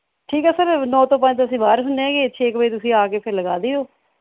ਠੀਕ ਹੈ ਸਰ ਨੌ ਤੋਂ ਪੰਜ ਅਸੀਂ ਬਾਹਰ ਹੁੰਦੇ ਹਾਂ ਜੀ ਛੇ ਕੁ ਵਜੇ ਤੁਸੀਂ ਆ ਕੇ ਫਿਰ ਲਗਾ ਦਿਓ